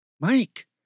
Mike